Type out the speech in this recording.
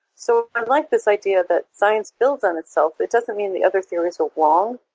so i like this idea that science builds on itself. it doesn't mean the other theories are wrong,